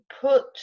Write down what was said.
put